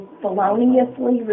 feloniously